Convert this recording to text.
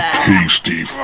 tasty